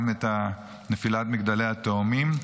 גם את נפילת מגדלי התאומים.